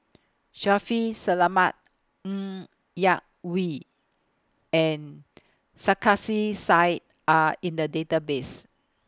Shaffiq Selamat Ng Yak Whee and Sarkasi Said Are in The Database